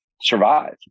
survive